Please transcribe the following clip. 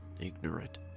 ignorant